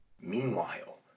Meanwhile